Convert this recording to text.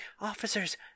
officers